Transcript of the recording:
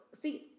See